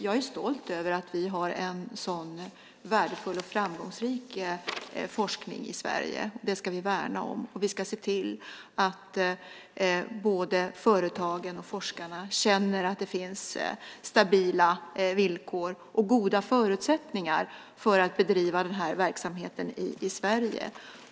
Jag är stolt över att vi har en så värdefull och framgångsrik forskning i Sverige. Den ska vi värna. Vi ska se till att både företagen och forskarna känner att det finns stabila villkor och goda förutsättningar för att bedriva verksamheten i Sverige.